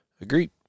Agreed